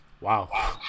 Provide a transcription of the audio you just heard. Wow